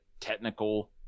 technical